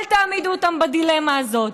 אל תעמידו אותם בדילמה הזאת.